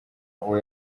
uwo